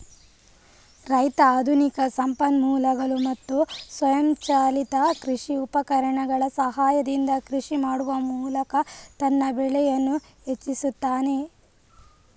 ರೈತ ಆಧುನಿಕ ಸಂಪನ್ಮೂಲಗಳು ಮತ್ತು ಸ್ವಯಂಚಾಲಿತ ಕೃಷಿ ಉಪಕರಣಗಳ ಸಹಾಯದಿಂದ ಕೃಷಿ ಮಾಡುವ ಮೂಲಕ ತನ್ನ ಬೆಳೆಯನ್ನು ಹೆಚ್ಚಿಸುತ್ತಾನೆ